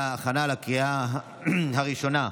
להכנה לקריאה ראשונה.